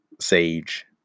sage